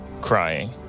crying